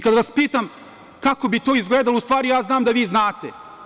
Kada vas pitam kako bi to izgledalo, ja znam da vi znate.